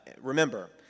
Remember